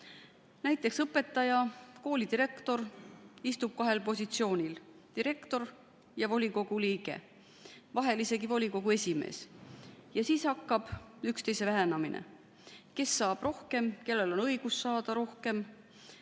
Näiteks õpetaja, koolidirektor istub kahel positsioonil – direktor ja volikogu liige, vahel isegi volikogu esimees. Ja siis hakkab pihta üksteise väänamine, kes saab rohkem, kellel on õigus saada rohkem.